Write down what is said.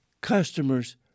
customer's